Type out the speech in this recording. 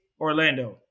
Orlando